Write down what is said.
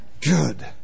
Good